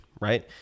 right